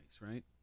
right